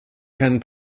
can